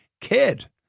kid